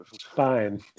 fine